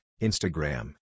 Instagram